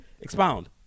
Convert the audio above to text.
Expound